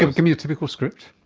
give give me a typical script.